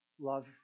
love